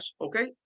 okay